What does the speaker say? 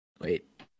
Wait